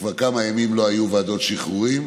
שכבר כמה ימים לא היו ועדות שחרורים.